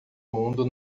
mundo